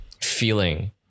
feeling